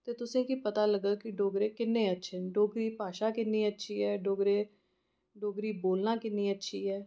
ते तुसेंगी पता लग्गग कि डोगरी किन्ने अच्छे न डोगरी भाशा किन्नी अच्छी ऐ डोगरे डोगरी बोलना किन्नी अच्छी ऐ